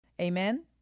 Amen